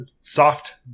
Soft